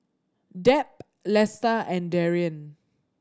Deb Lesta and Darrian